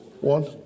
One